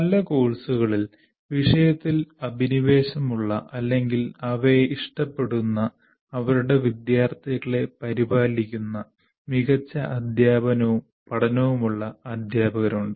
നല്ല കോഴ്സുകളിൽ വിഷയത്തിൽ അഭിനിവേശമുള്ള അല്ലെങ്കിൽ അവയെ ഇഷ്ടപ്പെടുന്ന അവരുടെ വിദ്യാർത്ഥികളെ പരിപാലിക്കുന്ന മികച്ച അദ്ധ്യാപനവും പഠനവുമുള്ള അധ്യാപകരുണ്ട്